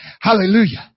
Hallelujah